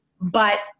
but-